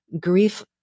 grief